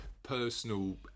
personal